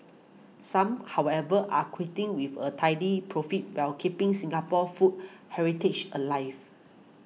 some however are quitting with a tidy profit while keeping Singapore's food heritage alive